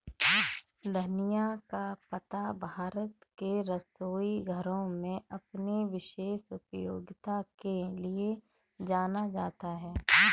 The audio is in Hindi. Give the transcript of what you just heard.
धनिया का पत्ता भारत के रसोई घरों में अपनी विशेष उपयोगिता के लिए जाना जाता है